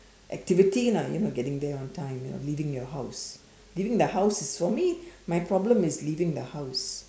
activity lah you know getting there on time you know leaving your house leaving the house is for me my problem is leaving the house